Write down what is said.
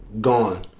Gone